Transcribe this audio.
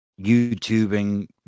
YouTubing